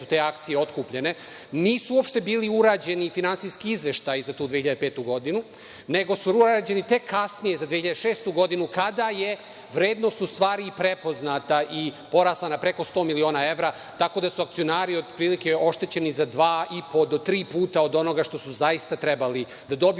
te akcije otkupljene, nisu uopšte bili urađeni finansijski izveštaji za tu 2005. godinu, nego su urađeni tek kasnije za 2006. godinu kada je vrednost, u stvari, prepoznata i porasla na preko 100 miliona evra, tako da su akcionari, otprilike, oštećeni za dva i po do tri puta od onoga što su zaista trebali da dobiju